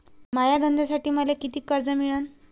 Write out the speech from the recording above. माया धंद्यासाठी मले कितीक कर्ज मिळनं?